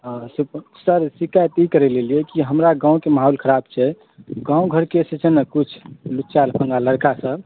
हॅं ठीक छै सर शिकायत ई करय एलियै कि हमरा गाँव के माहौल खराब छै गाँव घर के छै ने किछु लुच्चा लफंगा लड़का सब